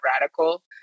radical